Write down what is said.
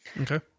okay